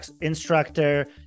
instructor